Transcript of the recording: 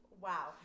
wow